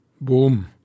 Boom